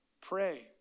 pray